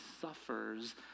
suffers